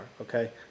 okay